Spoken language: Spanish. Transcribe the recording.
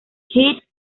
keith